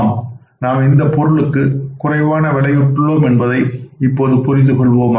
ஆம் நாம் இந்தப் பொருளுக்கு குறைவான விலையிட்டு உள்ளோம் என்பதை புரிந்து கொள்வோமாக